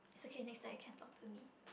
it's okay next time you can talk to me